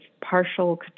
partial